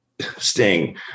Sting